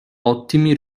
ottimi